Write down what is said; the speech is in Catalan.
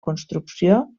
construcció